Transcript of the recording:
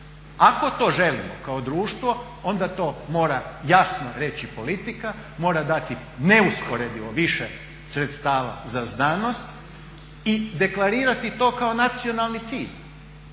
Ako to želimo kao društvo, onda to mora jasno reći politika, mora dati neusporedivo više sredstava za znanost i deklarirati to kao nacionalni cilj.